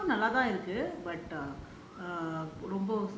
கொஞ்சம் பண்லாம் நல்லாத்தான் இருக்கு:konjam:panlaam nallaathaan irukku